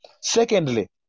Secondly